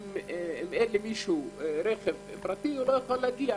אם אין למישהו רכב פרטי, הוא לא יכול להגיע.